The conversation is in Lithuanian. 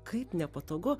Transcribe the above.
kaip nepatogu